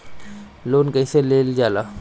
Loan कईसे लेल जाला?